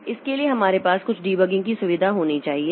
तो इसके लिए हमारे पास कुछ डीबगिंग की सुविधा होनी चाहिए